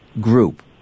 group